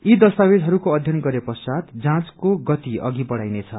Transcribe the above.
यी दस्तावेजहरूको अध्ययन गरे पश्चात जाँचको गति अघि बढ़ाइनेछ